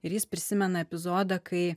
ir jis prisimena epizodą kai